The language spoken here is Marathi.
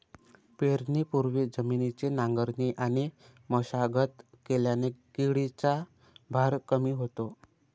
पेरणीपूर्वी जमिनीची नांगरणी आणि मशागत केल्याने किडीचा भार कमी होतो